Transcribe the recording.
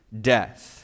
death